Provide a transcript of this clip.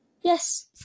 ...yes